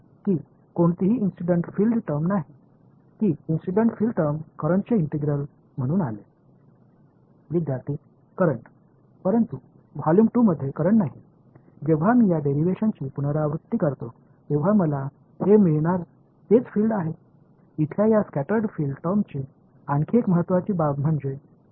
ஆனால் கொள்ளளவு 2 இல் மின்னோட்டம் இல்லை எனவே நான் இந்த வழித்தோன்றலை மீண்டும் செய்யும்போது இதுதான் நான் பெறும் புலம் இந்த ஸ்கடா்டு ஃபில்டு வெளிப்பாட்டில் இங்கே கவனிக்க வேண்டிய மற்றொரு முக்கியமான விஷயம் இது மைனஸ் அடையாளத்தைக் கொண்டிருந்தது ஏனெனில் இயல்பானது உள்நோக்கி இருந்தது